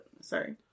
sorry